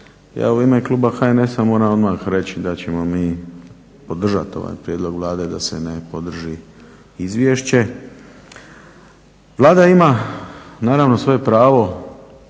Ja u ime kluba HNS-a moram odmah reći da ćemo mi podržati ovaj prijedlog Vlade da se ne podrži izvješće. Vlada ima naravno svoje pravo